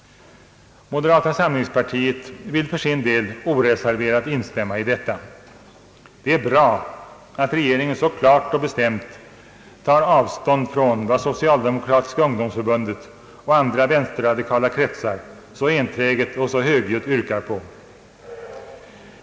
Moderata samlingspartiet vill för sin del oreserverat instämma i detta uttalande. Det är bra att regeringen så klart och bestämt tar avstånd från vad socialdemokratiska ungdomsförbundet och andra vänsterradikala kretsar enträget och högljutt yrkar på.